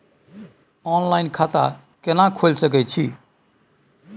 Online खाता केना खोले सकै छी?